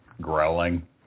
growling